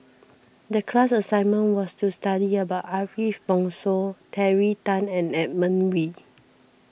the class assignment was to study about Ariff Bongso Terry Tan and Edmund Wee